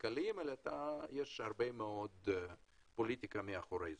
כלכליים אלא יש הרבה מאוד פוליטיקה מאחורי זה.